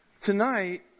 Tonight